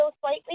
slightly